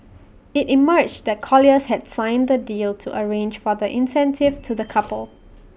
IT emerged that colliers had signed the deal to arrange for the incentive to the couple